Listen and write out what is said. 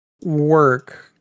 work